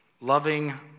loving